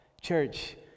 church